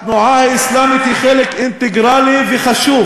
התנועה האסלאמית היא חלק אינטגרלי וחשוב